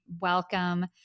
welcome